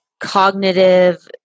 cognitive